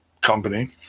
company